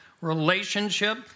relationship